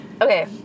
okay